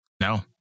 No